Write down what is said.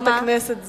חברת הכנסת זועבי.